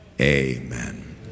Amen